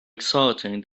exciting